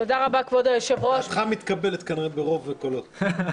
דעתך מתקבלת, כנראה, ברוב קולות.